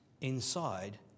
inside